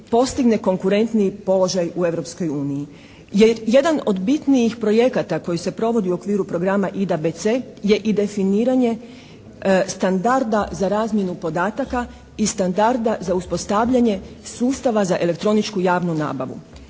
postigne konkurentniji položaj u Europskoj uniji. Jedan od bitnijih projekata koji se provodi u okviru programa IDABC je i definiranja standarda za razmjenu podataka i standarda za uspostavljanje sustava za elektroničku javnu nabavu.